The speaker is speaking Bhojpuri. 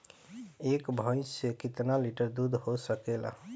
एक भइस से कितना लिटर दूध हो सकेला?